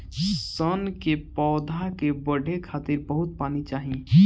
सन के पौधा के बढ़े खातिर बहुत पानी चाही